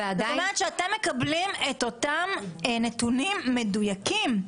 זאת אומרת שאתם מקבלים את אותם נתונים מדויקים.